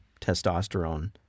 testosterone